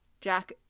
Jack